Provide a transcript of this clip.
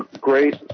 great